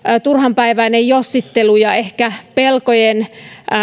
turhanpäiväinen jossittelu ja ehkä pelkojen